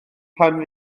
pan